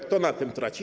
Kto na tym traci?